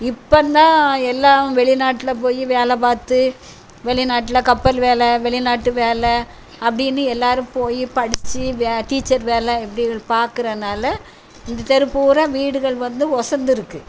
இப்போ தான் எல்லாம் வெளிநாட்டில் போய் வேலை பார்த்து வெளிநாட்டில் கப்பல் வேலை வெளிநாட்டு வேலை அப்படின்னு எல்லோரும் போய் படித்து வே டீச்சர் வேலை இப்படி பார்க்குறனால இந்த தெரு பூரா வீடுகள் வந்து ஒசந்துருக்குது